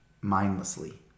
mindlessly